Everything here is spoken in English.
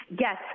Yes